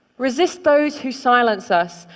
resist those who silence us,